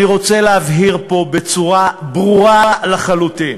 אני רוצה להבהיר פה בצורה ברורה לחלוטין: